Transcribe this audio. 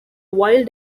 wild